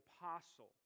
Apostle